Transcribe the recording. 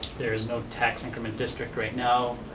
there is no tax increment district right now.